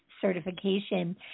certification